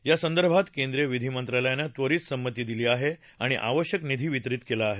या संदर्भात केंद्रीय विधीमंत्रालयानं त्वरित संमत दिली आणि आवश्यक निधी वितरित केला आहे